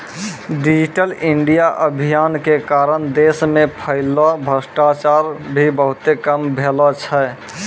digital India अभियान के कारण देश मे फैल्लो भ्रष्टाचार भी बहुते कम भेलो छै